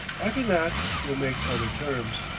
after that we'll make other terms.